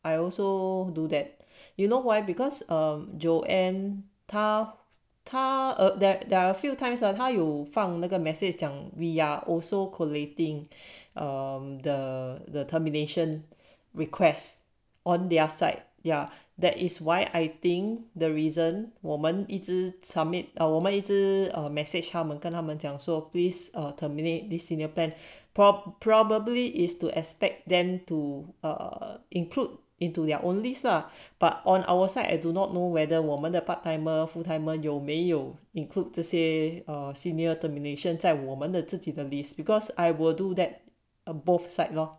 I also do that you know why because um joann 他他 or that there are few times 了他有放那个 message 讲 we are also collating the the termination request on their side there that is why I think the reason 我们一直 submit 了我们一直 or message 他们跟他们讲 so please or terminate the senior pan prob~ probably is to expect them to err include into their only lah but on our side I do not know whether 我们的 part timer full timer 有没有 include to say a senior termination 在我们的自己的 list because I will do that uh both side lor